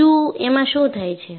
બીજું એમાં શું થાય છે